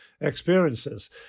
experiences